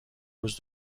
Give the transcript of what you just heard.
روز